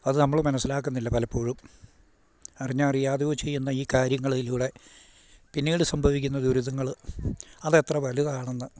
അതു നമ്മൾ മനസ്സിലാക്കുന്നില്ല പലപ്പോഴും അറിഞ്ഞോ അറിയാതെയോ ചെയ്യുന്ന ഈ കാര്യങ്ങളിലൂടെ പിന്നീട് സംഭവിക്കുന്ന ദുരിതങ്ങൾ അതെത്ര വലുതാണെന്ന്